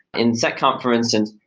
in seccomp for instance,